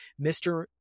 Mr